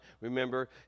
Remember